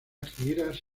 giras